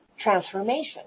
transformation